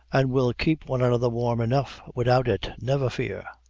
an' we'll keep one another warm enough wid-out it, never fear.